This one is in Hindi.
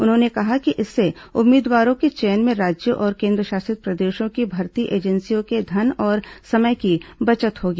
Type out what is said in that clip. उन्होंने कहा कि इससे उम्मीदवारों के चयन में राज्यों और केंद्रशासित प्रदेशों की भर्ती एजेंसियों के धन और समय की बचत होगी